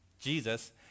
Jesus